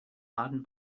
baden